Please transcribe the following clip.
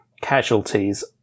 casualties